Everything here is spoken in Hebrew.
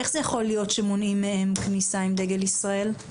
איך זה יכול להיות שמונעים מהם כניסה עם דגל ישראל?